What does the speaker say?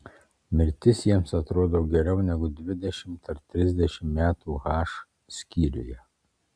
mirtis jiems atrodo geriau negu dvidešimt ar trisdešimt metų h skyriuje